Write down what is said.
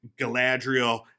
Galadriel